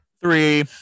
Three